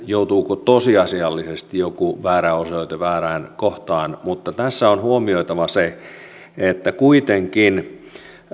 joutuuko tosiasiallisesti joku väärä osoite väärään kohtaan mutta tässä on huomioitava se että kuitenkin